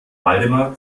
waldemar